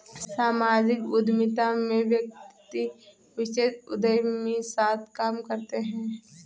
सामाजिक उद्यमिता में व्यक्ति विशेष उदयमी साथ काम करते हैं